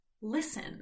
listen